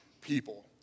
people